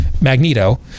Magneto